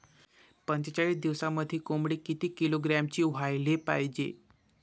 पंचेचाळीस दिवसामंदी कोंबडी किती किलोग्रॅमची व्हायले पाहीजे?